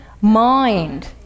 mind